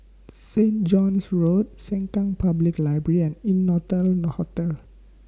Saint John's Road Sengkang Public Library and Innotel Hotel